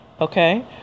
okay